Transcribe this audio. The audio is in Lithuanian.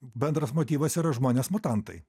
bendras motyvas yra žmonės mutantai